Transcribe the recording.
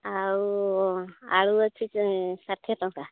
ଆଉ ଆଳୁ ଅଛି ଷାଠିଏ ଟଙ୍କା